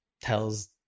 tells